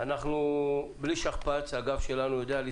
הצבעה בעד ההסתייגות 1 נגד 7 נמנעים 2 ההסתייגות לא נתקבלה.